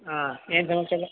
ಹಾಂ ಏನು ಸಮಾಚಾರ